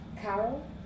Carol